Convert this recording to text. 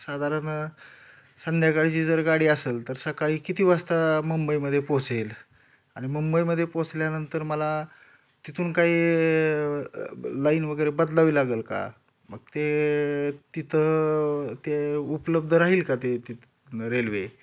साधारण संध्याकाळीची जर गाडी असेल तर सकाळी किती वाजता मुंबईमध्ये पोहोचेल आणि मुंबईमध्ये पोहोचल्यानंतर मला तिथून काही लाईन वगैरे बदलावी लागेल का मग ते तिथं ते उपलब्ध राहील का ते ते रेल्वे